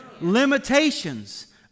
Limitations